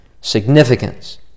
significance